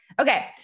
okay